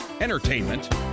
entertainment